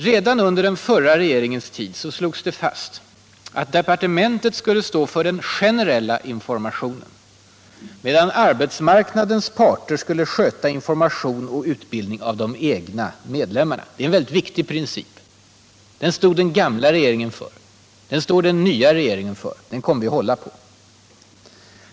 Redan under den förra regeringens tid slogs det fast att departementet skall stå för den generella informationen, medan arbetsmarknadens parter skulle sköta information och utbildning av de egna medlemmarna. Detta är en mycket viktig princip. Den stod den gamla regeringen för. Den står den nya regeringen för. Och den kommer vi att hålla på.